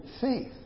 faith